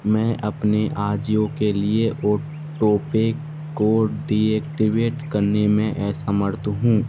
मैं अपने आजिओ के लिए ऑटोपे को डीऐक्टिवेट करने में असमर्थ हूँ